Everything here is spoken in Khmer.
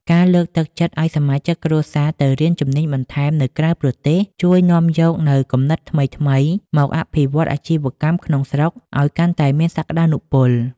ការលើកទឹកចិត្តឱ្យសមាជិកគ្រួសារទៅរៀនជំនាញបន្ថែមនៅក្រៅប្រទេស ជួយនាំយកនូវគំនិតថ្មីៗមកអភិវឌ្ឍអាជីវកម្មក្នុងស្រុកឱ្យកាន់តែមានសក្ដានុពល។